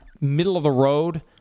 middle-of-the-road